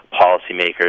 policymakers